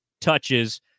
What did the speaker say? touches